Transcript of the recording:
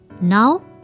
Now